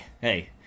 hey